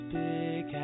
big